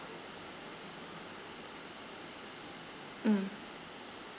mm